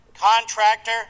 contractor